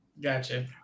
Gotcha